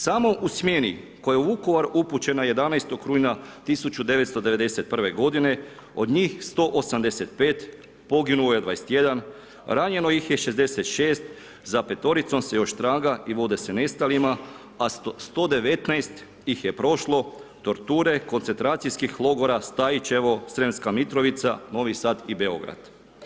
Samo u smjeni koja je u Vukovar upućena 11. rujna 1991. godine, od njih 185 poginuo je 21, ranjeno ih je 66, za petoricom se još traga i vode se nestalima, a 119 ih je prošlo torture koncentracijskih logora, Stajićevo, Srijemska Mitrovica, Novi Sad i Beograd.